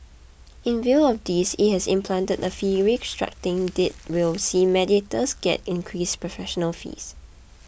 in view of this it has implemented a fee restructuring that will see mediators get increased professional fees